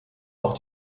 auch